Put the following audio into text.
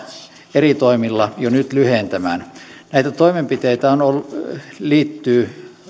eri toimilla jo nyt lyhentämään näitä toimenpiteitä liittyy